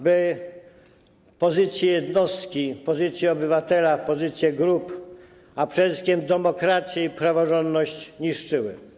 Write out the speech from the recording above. by pozycję jednostki, pozycję obywatela, pozycję grup, a przede wszystkim demokrację i praworządność niszczyły.